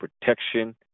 protection